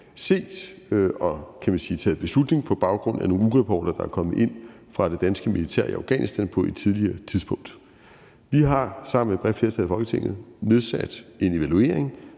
set og taget beslutning på baggrund af nogle ugerapporter, der er kommet ind fra det danske militær i Afghanistan på et tidligere tidspunkt. Vi har sammen med et bredt flertal i Folketinget igangsat en evaluering,